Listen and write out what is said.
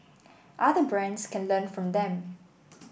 other brands can learn from them